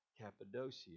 Cappadocia